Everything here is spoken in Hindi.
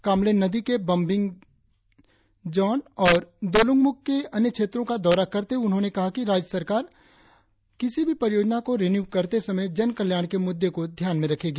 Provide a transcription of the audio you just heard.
कामले जिले के बंबिग जॉन और दोलुंगमुख के अन्य क्षेत्रों का दौरा करते हुए उन्होंने कहा कि राज्य सरकार दोलुंगमुख में बंबिग जॉन को रिन्यू करते समय जन कल्याण के मुद्दे को ध्यान में रखेगी